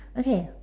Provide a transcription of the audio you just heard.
okay